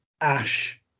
Ash